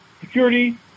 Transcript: security